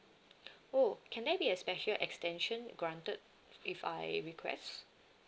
oh can there be a special extension granted if I request